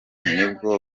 nibwo